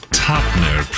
topner